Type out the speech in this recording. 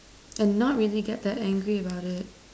and not really get that angry about it